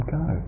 go